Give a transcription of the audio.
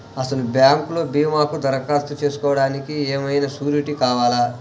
అసలు బ్యాంక్లో భీమాకు దరఖాస్తు చేసుకోవడానికి ఏమయినా సూరీటీ కావాలా?